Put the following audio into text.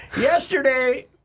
Yesterday